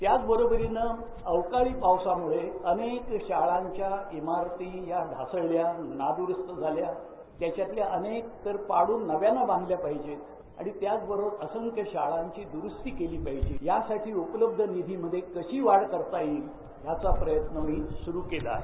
त्याचबरोबर अवकाळी पावसामुळे अनेक शाळांच्या इमारती या धासळल्या नाद्रुस्त झालेल्या त्याच्यातले अनेक तर पाडून नव्याने बांधल्या पाहिजे आणि त्याचबरोबर असंख्य शाळांचे दुरुस्ती केली पाहिजे यासाठी उपलब्ध निधी मध्ये कशी वाढ करता येईल याचा प्रयत्न सुरू केला आहे